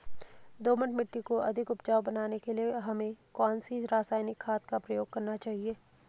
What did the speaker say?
दोमट मिट्टी को अधिक उपजाऊ बनाने के लिए हमें कौन सी रासायनिक खाद का प्रयोग करना चाहिए?